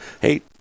hey